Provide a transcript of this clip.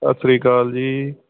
ਸਤਿ ਸ਼੍ਰੀ ਅਕਾਲ ਜੀ